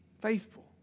faithful